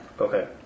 Okay